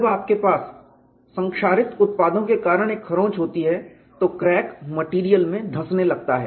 जब आपके पास संक्षारित उत्पादों के कारण एक खरोंच होती है तो क्रैक मेटेरियल में धंसने लगता है